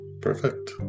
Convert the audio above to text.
perfect